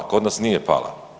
Kod nas nije pala.